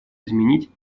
изменить